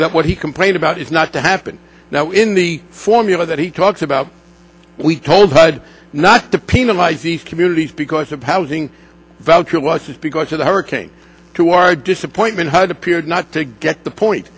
that what he complained about is not to happen now in the formula that he talks about we told her not to penalize these communities because of housing value was just because of the hurricane to our disappointment had appeared not to get the point